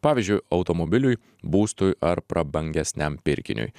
pavyzdžiui automobiliui būstui ar prabangesniam pirkiniui